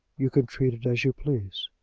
you can treat it as you please.